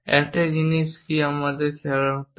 একটা জিনিস কি আমাদের খেয়াল করতে হবে